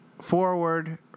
forward